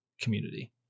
community